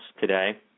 today